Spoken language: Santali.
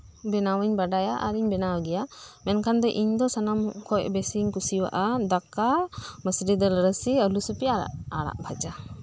ᱵᱮᱱᱟᱣ ᱤᱧ ᱵᱟᱰᱟᱭ ᱜᱮᱭᱟ ᱟᱨ ᱤᱧ ᱵᱮᱱᱟᱣᱟ ᱢᱮᱱᱠᱷᱟᱱ ᱤᱧ ᱫᱚ ᱥᱟᱱᱟᱢ ᱠᱷᱚᱱ ᱜᱮ ᱵᱮᱥᱤᱧ ᱠᱩᱥᱤᱭᱟᱜᱼᱟ ᱫᱟᱠᱟ ᱢᱟᱥᱨᱤ ᱫᱟᱹᱞ ᱨᱟᱥᱮ ᱟᱨ ᱟᱲᱟᱜ ᱵᱷᱟᱡᱟ